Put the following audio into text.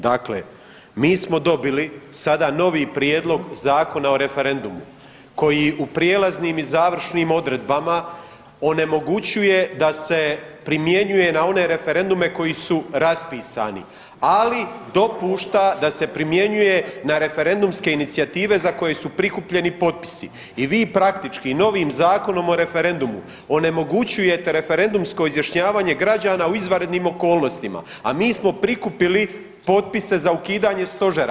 Dakle, mi smo dobili sada novi prijedlog Zakona o referendumu koji u prijelaznim i završnim odredbama onemogućuje da se primjenjuje na one referendume koji su raspisani, ali dopušta da se primjenjuje na referendumske inicijative za koje su prikupljeni potpisi i vi praktički novim Zakonom o referendumu onemogućujete referendumsko izjašnjavanje građana u izvanrednim okolnostima, a mi smo prikupili potpise za ukidanje stožera.